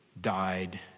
died